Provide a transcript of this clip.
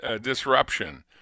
disruption